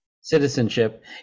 citizenship